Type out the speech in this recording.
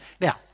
Now